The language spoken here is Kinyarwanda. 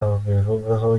abivugaho